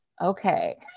Okay